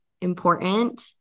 important